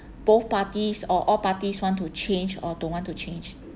both parties or all parties want to change or don't want to change